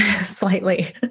slightly